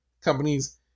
companies